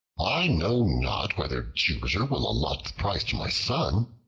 i know not whether jupiter will allot the prize to my son,